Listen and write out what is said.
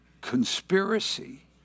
conspiracy